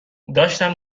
داشتم